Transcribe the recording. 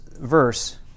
verse